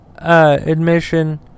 admission